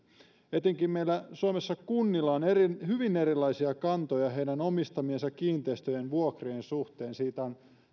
meillä suomessa etenkin kunnilla on hyvin erilaisia kantoja omistamiensa kiinteistöjen vuokrien suhteen siitä on